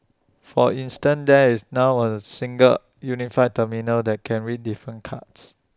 for instance there is now A single unified terminal that can read different cards